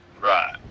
Right